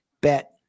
bet